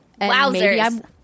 Wowzers